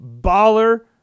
baller